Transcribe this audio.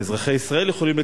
או אזרחי ישראל יכולים,